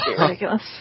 ridiculous